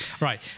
Right